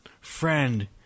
friend